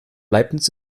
leibniz